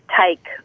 take